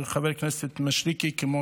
חבר הכנסת מישרקי, כמו